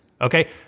okay